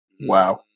wow